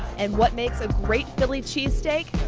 and what makes a great philly cheese steak?